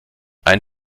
ein